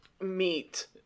meat